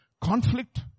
Conflict